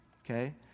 Okay